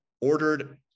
ordered